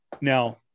Now